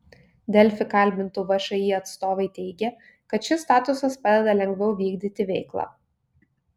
delfi kalbintų všį atstovai teigė kad šis statusas padeda lengviau vykdyti veiklą